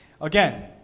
again